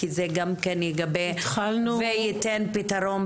כי זה גם כן ייתן פתרון,